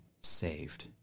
saved